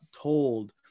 told